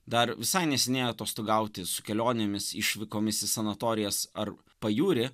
dar visai neseniai atostogauti su kelionėmis išvykomis į sanatorijas ar pajūrį